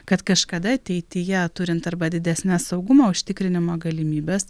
kad kažkada ateityje turint arba didesnes saugumo užtikrinimo galimybes